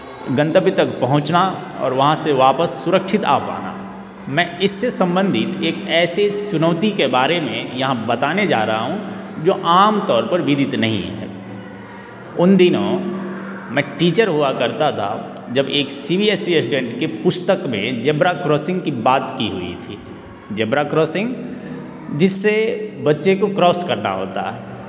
गंतव्य तक पहुँचना और वहाँ से वापस सुरक्षित आ पाना मैं इससे सम्बंधित एक ऐसी चुनौती के बारे में यहाँ बताने जा रहा हूँ जो आम तौर पर विदित नहीं है उन दिनों मैं टीचर हुआ करता था जब एक C B S E student के पुस्तक में ज़ेबरा क्रॉसिंग की बात की हुई थी ज़ेबरा क्रॉसिंग जिससे बच्चे को क्रॉस करना होता है